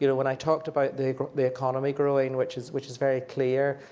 you know when i talked about the the economy growing, which is which is very clear,